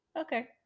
Okay